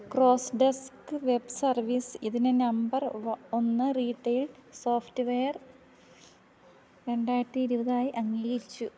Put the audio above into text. ക്രോസ്ഡെസ്ക് web service ഇതിനെ number ഒന്ന് retail software രണ്ടായിരത്തിയിരുപതായി അംഗീകരിച്ചു